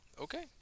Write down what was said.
Okay